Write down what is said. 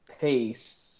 Peace